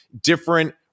different